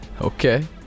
okay